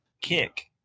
kick